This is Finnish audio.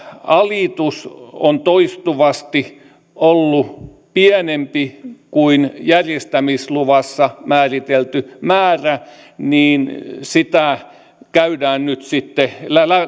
alitus on toistuvasti ollut pienempi kuin järjestämisluvassa määritelty määrä sitä käydään nyt sitten